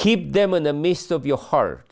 keep them in the midst of your heart